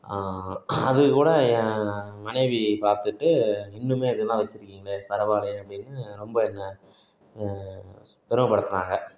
அதுக்கு கூட ஏ மனைவி பார்த்துட்டு இன்னுமே இதெல்லாம் வச்சிருக்கீங்களே பரவாயில்லையே அப்படின்னு ரொம்ப என்ன பெருமைப்படுத்துனாங்க